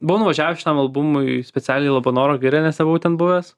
buvau nuvažiavęs šitam albumui specialiai į labanoro girią nes nebuvau ten buvęs